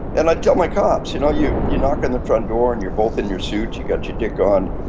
and i tell my cops, you know, you you knock in the front door and you're both in your suits, you got your dick on,